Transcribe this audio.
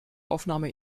aufnahme